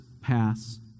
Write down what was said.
pass